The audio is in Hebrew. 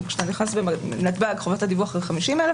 כשאתה נכנס בנתב"ג חובת הדיווח היא 50,000